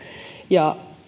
ja